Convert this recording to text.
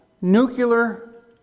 nuclear